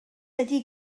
ydy